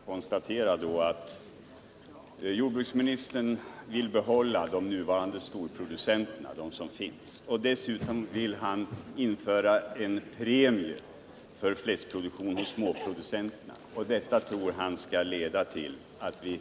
Herr talman! Jag skall bara sluta med att konstatera att jordbruksministern vill behålla de nuvarande storproducenterna och att han dessutom vill införa en premie för fläskproduktion hos småproducenterna. Detta tror han skall leda till att vi